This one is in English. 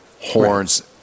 horns